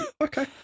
Okay